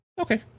Okay